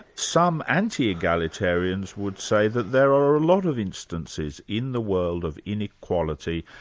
some anti-egalitarians would say that there are lot of instances in the world of inequality.